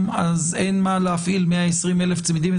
אז אין מה להפעיל 120,000 צמידים,